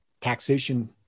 taxation